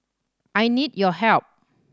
I need your help